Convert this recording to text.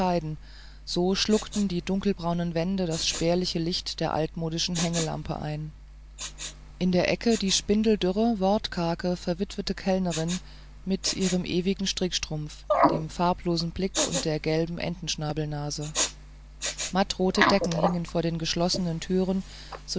so schluckten die dunkelbraunen wände das spärliche licht der altmodischen hängelampe ein in der ecke die spindeldürre wortkarge verwitterte kellnerin mit ihrem ewigen strickstrumpf dem farblosen blick und der gelben entenschnabelnase mattrote decken hingen vor den geschlossenen türen